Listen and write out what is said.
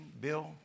Bill